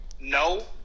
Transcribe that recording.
No